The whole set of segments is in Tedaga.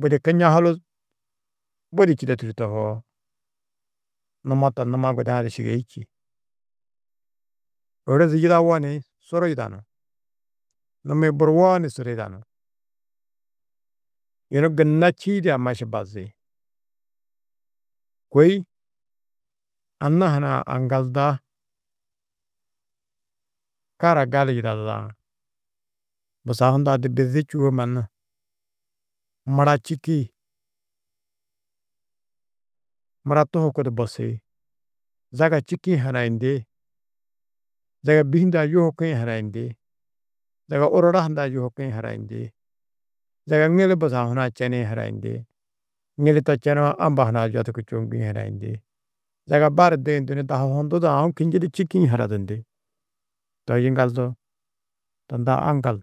Budi kiñahulu budi čîdo tûrtu tohoo, numo to numa guda-ã du numo šîgei čî, ôrozi yidaũwo ni suru yidanú, numi-ĩ buruwoo ni suru yidanú, yunu gunna čîidi amma ši bazi. Kôi anna hunã aŋgalda, kara gala yidaduda, busahu hundã du bizi čûwo mannu mura čîki, mura tuhukudu bosi, zaga čîkiĩ hanayindi, zaga bî hundã yuhukĩ hanayindi, zaga orora hundã yuhukĩ hanayindi, zaga ŋili busahu hunã čenĩ hanayindi, ŋili to čenoo amba hunã yodurku čoŋgĩ hanayindi, zaga bar duyindu ni dahu hundu du aũ kinjidi čîkiĩ hanadindi, to yiŋgaldu tunda aŋgal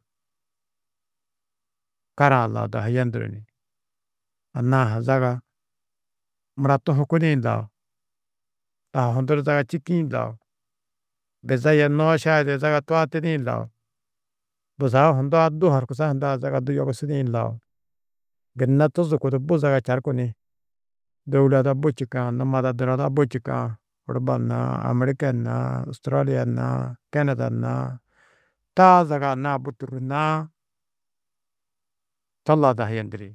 karaa-ã lau dahu yenduru ni, anna-ã ha zaga mura tuhukudĩ lau, dahu hundu du zaga čîkiĩ lau, biza yê nooša ada yê zaga tuatidĩ lau, busahu hundã du horkusa hundã zaga du yogusidĩ lau, gunna tuzukudu bu zaga čaruku ni dôula ada bu čîkã numa-ã ada dunada bu čîkã Urupa naa AmîrikA naa Ustralia naa Keneda naa, taa zaga anna-ã bu tûrrunnãá to lau dahu yendiri.